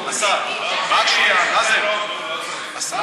נאזם, השר